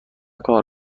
کار